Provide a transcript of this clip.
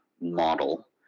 model